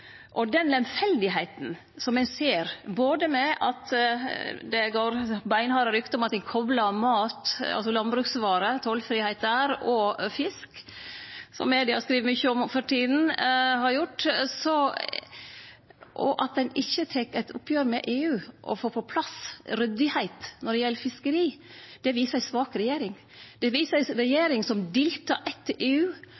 Den lemfeldigheita ein ser, både med at det går beinharde rykte om at ein koplar mat – altså landbruksvarer og tollfriheit der – og fisk, som media skriv mykje om for tida, og at ein ikkje tek eit oppgjer med EU og får på plass ryddigheit når det gjeld fiskeri, det viser ei svak regjering. Det viser ei